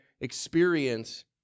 experience